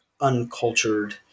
uncultured